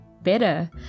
better